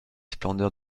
splendeurs